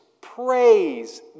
praise